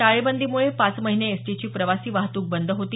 टाळेबंदीमुळे पाच महिने एसटीची प्रवासी वाहत्क बंद होती